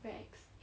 very ex